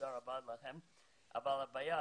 הבעיה היא